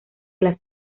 las